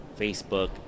Facebook